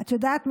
את יודעת,